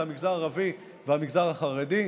הם המגזר הערבי והמגזר החרדי.